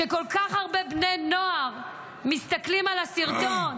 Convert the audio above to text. כשכל כך הרבה בני נוער מסתכלים על הסרטון.